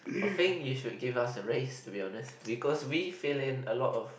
I think you should give us a raise to be honest because we fill in a lot of